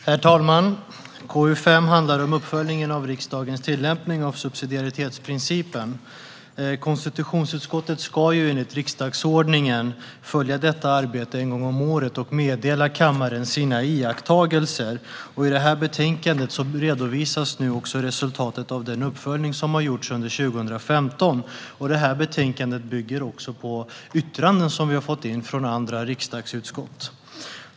Herr talman! Konstitutionsutskottet ska enligt riksdagsordningen följa detta arbete och en gång om året meddela kammaren sina iakttagelser. I detta betänkande redovisas resultatet av den uppföljning som har gjorts under 2015. Betänkandet bygger också på yttranden som vi har fått in från andra riksdagsutskott.